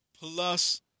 plus